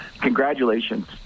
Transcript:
congratulations